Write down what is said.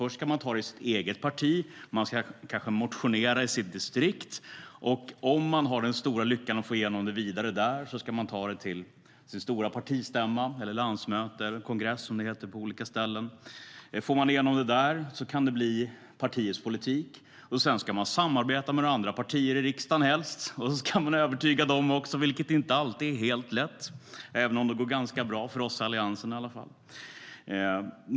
Först ska man ta det i sitt parti och kanske motionera om det i sitt distrikt. Har man den stora lyckan att få igenom det där ska man ta det till partistämman, landsmötet eller kongressen. Får man igenom det där kan det bli partiets politik. Sedan ska man samarbeta med andra partier i riksdagen och övertyga dem, vilket inte alltid är helt lätt - även om det går ganska bra för oss i Alliansen.